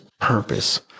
purpose